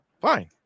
fine